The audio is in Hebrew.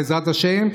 בעזרת השם,